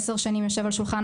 עשר שנים יושב על שולחן